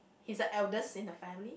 he's the eldest in the family